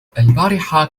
البارحة